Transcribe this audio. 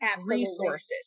resources